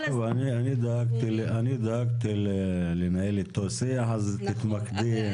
אני דאגתי לנהל אתו שיח אז תתמקדי.